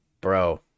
bro